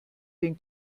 den